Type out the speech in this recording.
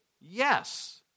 yes